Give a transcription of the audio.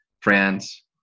France